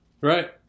right